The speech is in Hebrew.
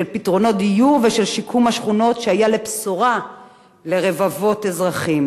לפתרונות דיור ולשיקום השכונות שהיה לבשורה לרבבות אזרחים,